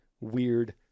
weird